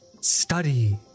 Study